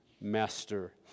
master